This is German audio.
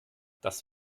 dass